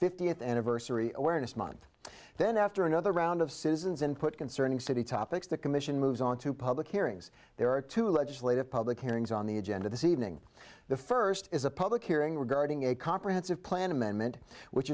fiftieth anniversary awareness month then after another round of citizens input concerning city topics the commission moves on to public hearings there are two legislative public hearings on the agenda this evening the first is a public hearing regarding a comprehensive plan amendment which